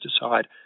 decide